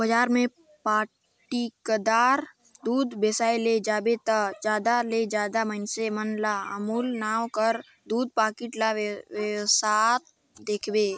बजार में पाकिटदार दूद बेसाए ले जाबे ता जादा ले जादा मइनसे मन ल अमूल नांव कर दूद पाकिट ल बेसावत देखबे